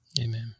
Amen